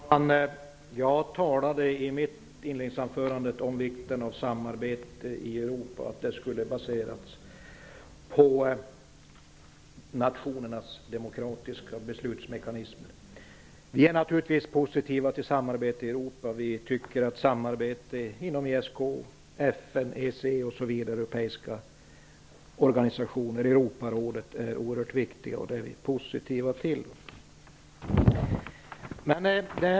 Herr talman! Jag talade i mitt inledningsanförande om vikten av samarbete i Europa och om att detta skulle baseras på nationernas demokratiska beslutsmekanismer. Vi är naturligtvis positiva till samarbete i Europa. Vi tycker att samarbete inom ESK, FN, Europarådet och andra internationella organisationer är oerhört viktigt, och det är vi positiva till.